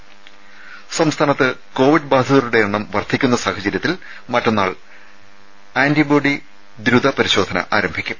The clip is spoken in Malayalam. ത സംസ്ഥാനത്ത് കോവിഡ് ബാധിതരുടെ എണ്ണം വർദ്ധിക്കുന്ന സാഹചര്യത്തിൽ മറ്റന്നാൾ ആന്റിബോഡി ദ്രുത പരിശോധന ആരംഭിക്കും